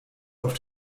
auf